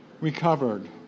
Recovered